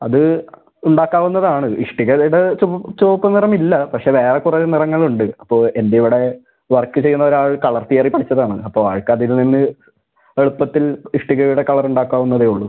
അത് ഉണ്ടാക്കാവുന്നതാണ് ഇഷ്ടികയുടെ ചു ചുവപ്പ് നിറമില്ല പക്ഷേ വേറെ കുറെ നിറങ്ങളുണ്ട് അപ്പോൾ എൻ്റിവിടെ വർക്ക് ചെയ്യണൊരാൾ കളർ തിയറി പഠിച്ചതാണ് അപ്പോൾ ആൾക്കതിൽ നിന്ന് എളുപ്പത്തിൽ ഇഷ്ടികയുടെ കളറുണ്ടാക്കാവുന്നതേയുള്ളൂ